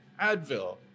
Advil